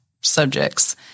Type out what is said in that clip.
subjects